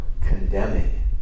condemning